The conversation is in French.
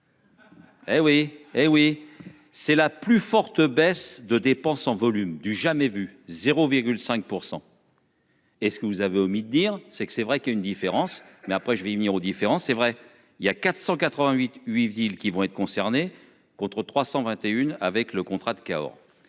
Hé oui hé oui c'est la plus forte baisse de dépenses en volume, du jamais vu. 0,5%.-- Est ce que vous avez omis de dire c'est que c'est vrai qu'une différence, mais après je vais venir aux différents c'est vrai il y a 488 8 villes qui vont être concernées contre 321 avec le contrat de Cahors